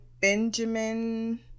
Benjamin